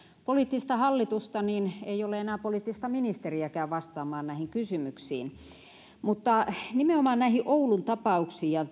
poliittista hallitusta niin ei ole enää poliittista ministeriäkään vastaamaan näihin kysymyksiin nimenomaan oulun tapauksiin ja